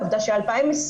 עובדה ש-2020